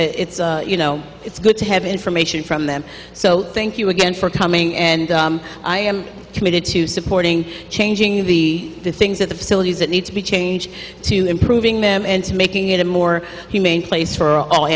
is you know it's good to have information from them so thank you again for coming and i am committed to supporting changing the things that the facilities that need to be changed to improving them and making it a more humane place for all